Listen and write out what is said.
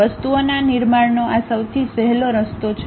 વસ્તુઓના નિર્માણનો આ સૌથી સહેલો રસ્તો છે